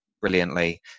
brilliantly